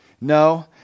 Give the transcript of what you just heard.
No